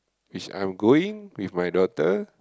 which I'm going with my daughter